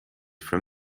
from